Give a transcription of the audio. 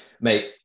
mate